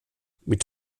mit